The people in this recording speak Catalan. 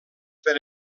per